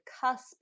cusp